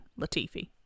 Latifi